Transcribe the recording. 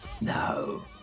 No